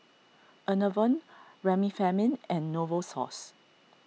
Enervon Remifemin and Novosource